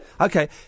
Okay